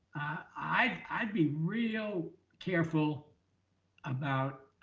i'd i'd be real careful about